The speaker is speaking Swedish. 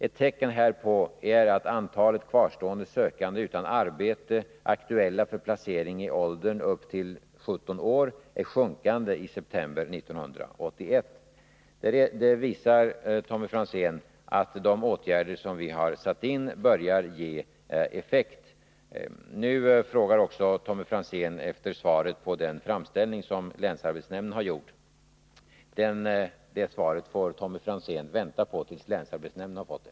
Ett tecken härpå är att antalet kvarstående sökande utan arbete aktuella för placering i åldern upp till 17 år är sjunkande i september 1981.” Det visar, Tommy Franzén, att de åtgärder som vi har vidtagit börjar ge effekt. Tommy Franzén efterlyser också svaret på den framställning som länsarbetsnämnden har gjort. Men detta svar får Tommy Franzén vänta på tills länsarbetsnämnden har fått det.